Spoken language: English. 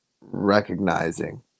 recognizing